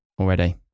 already